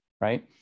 right